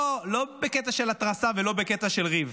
לא בקטע של התרסה ולא בקטע של ריב: